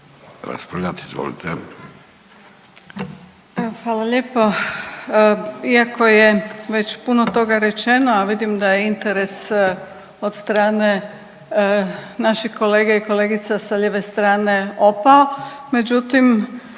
Grozdana (HDZ)** Hvala lijepo. Iako je već puno toga rečeno, a vidim da je interes od strane naših kolega i kolegica sa lijeve strane opao, međutim